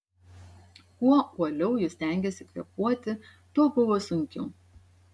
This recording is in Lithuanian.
kuo uoliau ji stengėsi kvėpuoti tuo buvo sunkiau